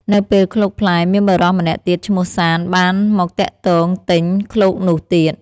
នៅពេលឃ្លោកផ្លែ មានបុរសម្នាក់ទៀតឈ្មោះ សាន្ត បានមកទាក់ទងទិញឃ្លោកនោះទៀត។